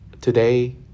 Today